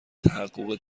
تحقق